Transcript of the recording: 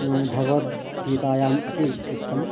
भगवद्गीतायाम् अपि उक्तम्